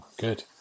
Good